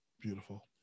Beautiful